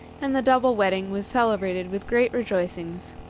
and the double wedding was celebrated with great rejoicings.